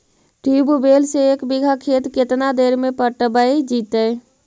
Tubewell से एक बिघा खेत केतना देर में पटैबए जितै?